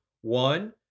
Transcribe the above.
one